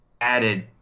added